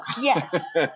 Yes